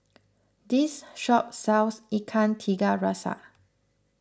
this shop sells Ikan Tiga Rasa